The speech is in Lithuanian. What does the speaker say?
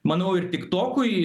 manau ir tiktokui